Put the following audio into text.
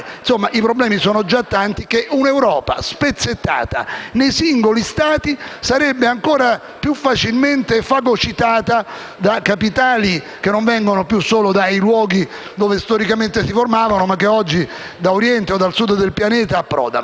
I problemi sono già tanti e un'Europa spezzettata nei singoli Stati sarebbe ancora più facilmente fagocitata da capitali che non vengono più solo dai luoghi dove storicamente si formano, ma anche dall'Oriente o dal Sud del Pianeta. Quindi noi